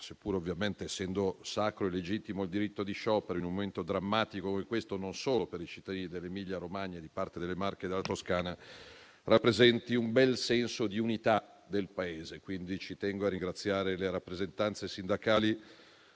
pur essendo sacro e legittimo il diritto di sciopero, in un momento drammatico come questo, non solo per i cittadini dell'Emilia Romagna e di parte delle Marche e della Toscana, rappresenti un bel segno di unità del Paese. Quindi, ci tengo a ringraziare le rappresentanze sindacali